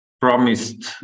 promised